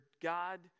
God